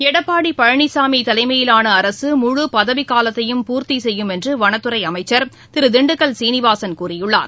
எடப்பாடி பழனிசாமி தலைமையிலான அரசு முழு பதவிக்காலத்தையும் பூர்த்தி செய்யும் என்று வனத்துறை அமைச்சர் திரு திண்டுக்கல் சீனிவாசன் கூறியுள்ளார்